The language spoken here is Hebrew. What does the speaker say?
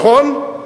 נכון?